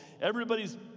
Everybody's